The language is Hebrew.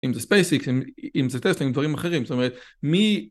אם זה SpaceX, אם זה טסלה, אם דברים אחרים, זאת אומרת, מי...